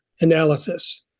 analysis